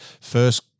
first